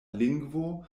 lingvo